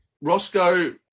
Roscoe